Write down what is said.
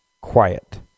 quiet